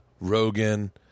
Rogan